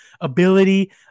ability